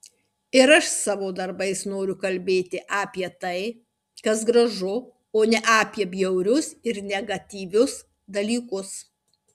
ir aš savo darbais noriu kalbėti apie tai kas gražu o ne apie bjaurius ir negatyvius dalykus